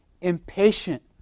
impatient